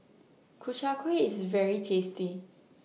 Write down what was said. Ku Chai Kuih IS very tasty